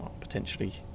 potentially